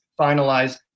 finalized